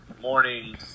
morning